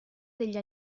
degli